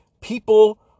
people